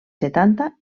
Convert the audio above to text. setanta